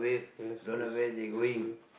yes yes is you